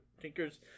Tinkers